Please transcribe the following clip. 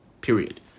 period